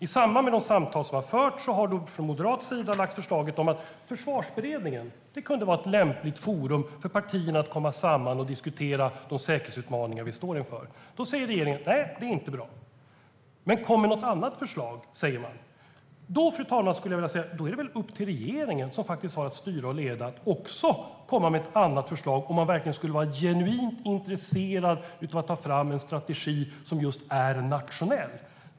I samband med de samtal som har förts har vi från Moderaternas sida lagt fram förslaget att försvarsberedningen skulle kunna vara ett lämpligt forum för partierna att mötas och diskutera de säkerhetsutmaningar vi står inför. Då säger regeringen: Nej, det är inte bra. Men kom med något annat förslag, säger man. Då är det väl, fru talman, upp till regeringen, som faktiskt har att styra och leda, att också komma med ett annat förslag om man verkligen är genuint intresserad av att ta fram en strategi som är just nationell.